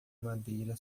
madeira